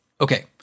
okay